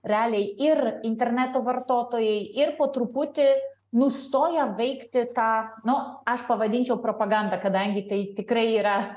realiai ir interneto vartotojai ir po truputį nustojo veikti tą nu aš pavadinčiau propaganda kadangi tai tikrai yra